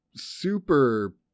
super